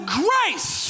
grace